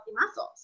muscles